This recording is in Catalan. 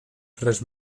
res